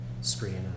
screen